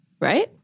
Right